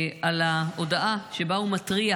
בהודעה שבה הוא מתריע